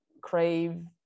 crave